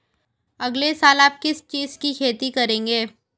अगले साल आप किस चीज की खेती करेंगे?